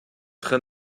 train